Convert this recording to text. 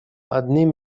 одним